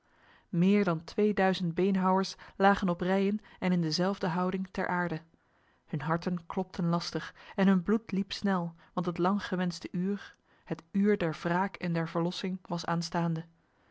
meer dan tweeduizend beenhouwers lagen op rijen en in dezelfde houding ter aarde hun harten klopten lastig en hun bloed liep snel want het lang gewenste uur het uur der wraak en der verlossing was aanstaande